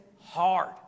hard